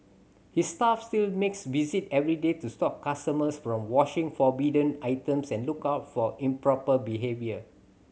his staff still make visit every day to stop customers from washing forbidden items and look out for improper behaviour